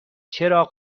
چراغ